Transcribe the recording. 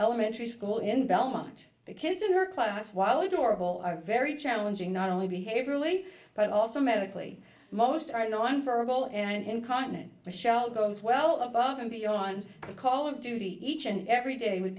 elementary school in belmont the kids in her class while adorable are very challenging not only behaviorally but also medically most are nonverbal and incontinent the show goes well above and beyond the call of duty each and every day with